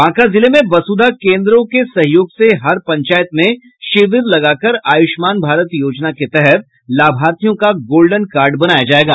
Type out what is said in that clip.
बांका जिले में वसुधा केंद्रों के सहयोग से हर पंचायत में शिविर लगाकर आयुष्मान भारत योजना के तहत लाभार्थियों का गोल्डेन कार्ड बनाया जायेगा